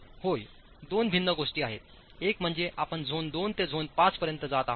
होय दोन भिन्न गोष्टी आहेतएक म्हणजे आपण झोन IIते झोन V पर्यंत जात आहात